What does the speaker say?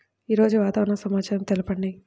ఈరోజు వాతావరణ సమాచారం తెలుపండి